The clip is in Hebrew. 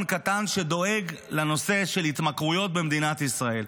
קטן שדואג לנושא של התמכרויות במדינת ישראל.